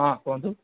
ହଁ କୁହନ୍ତୁ